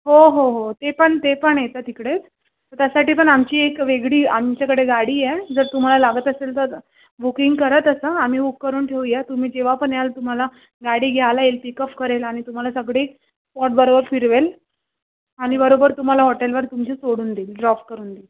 हो हो हो ते पण ते पण येतं तिकडे त्यासाठी पण आमची एक वेगळी आमच्याकडे गाडी आहे जर तुम्हाला लागत असेल तर बुकिंग करा तसं आम्ही बुक करून ठेवूया तुम्ही जेव्हा पण याल तुम्हाला गाडी घ्यायला येईल पिकप करेल आणि तुम्हाला सगळी स्पॉट बरोबर फिरवेल आणि बरोबर तुम्हाला हॉटेलवर तुमची सोडून देईल ड्रॉप करून देईल